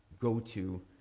go-to